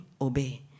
obey